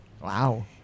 Wow